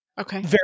Okay